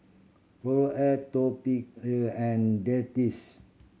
Floxia Atopiclair and Dentiste